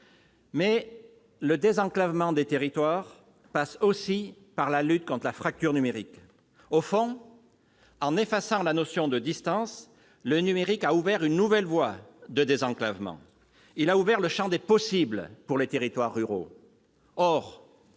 Le désenclavement des territoires passe aussi par la lutte contre la fracture numérique. Au fond, en effaçant la notion de distance, le numérique a ouvert une nouvelle voie de désenclavement ; il a ouvert le champ des possibles pour les territoires ruraux.